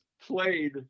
played